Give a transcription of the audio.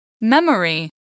Memory